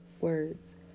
words